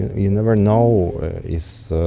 you never know is